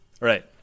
Right